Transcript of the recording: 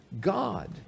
god